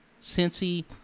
Cincy